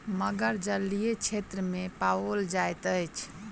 मगर जलीय क्षेत्र में पाओल जाइत अछि